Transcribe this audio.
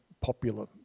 popular